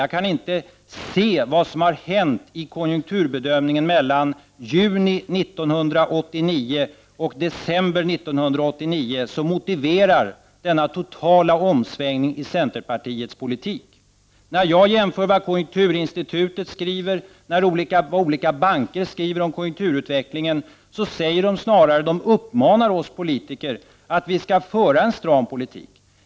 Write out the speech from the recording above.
Jag kan inte se vad som har hänt i konjunkturbedömningen mellan juni 1989 och december 1989 som motiverar denna totala omsvängning i centerpartiets politik. När jag jämför vad konjunkturinstitutet skriver och vad olika banker skriver om konjunkturutvecklingen ser jag att de snarare uppmanar oss politiker att föra en stram politik.